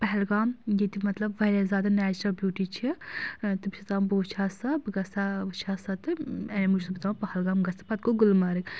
پہلگام ییٚتہِ مطلب واریاہ زیادٕ نَیچرَل بیوٗٹِی چھِ تہٕ بہٕ چھُس دَپان بہٕ وٕچھ سہُ بہٕ گژھا وٕچھ سہُ تہٕ امے موٗجوٗب چھَس بہٕ دَپان پہلگام گژھا پَتہٕ گوٚو گُلمَرٕگ